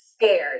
scared